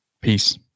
Peace